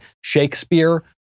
Shakespeare